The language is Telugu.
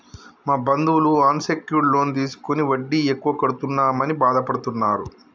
మా బంధువులు అన్ సెక్యూర్డ్ లోన్ తీసుకుని వడ్డీ ఎక్కువ కడుతున్నామని బాధపడుతున్నరు